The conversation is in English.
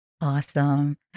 Awesome